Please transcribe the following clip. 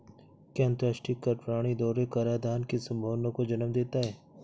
क्या अंतर्राष्ट्रीय कर प्रणाली दोहरे कराधान की संभावना को जन्म देता है?